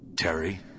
Terry